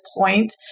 point